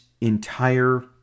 entire